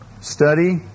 study